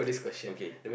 okay